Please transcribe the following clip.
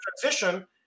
transition